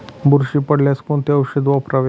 बुरशी पडल्यास कोणते औषध वापरावे?